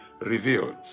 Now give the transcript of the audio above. revealed